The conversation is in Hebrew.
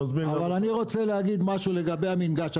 אבל אני רוצה להגיד משהו לגבי המינגש,